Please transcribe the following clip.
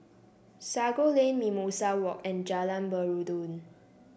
Sago Lane Mimosa Walk and Jalan Peradun